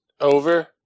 over